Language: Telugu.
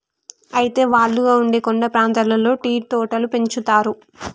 అయితే వాలుగా ఉండే కొండ ప్రాంతాల్లో టీ తోటలు పెంచుతారు